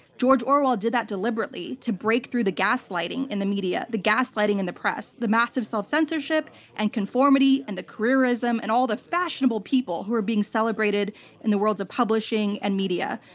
george orwell did that deliberately to break through the gaslighting in the media, the gaslighting in the press, the massive self-censorship and conformity and the careerism and all the fashionable people who were being celebrated in the worlds of publishing and media.